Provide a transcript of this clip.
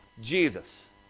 Jesus